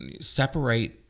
separate